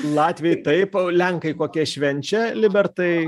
latviai taip lenkai kokie švenčia libertai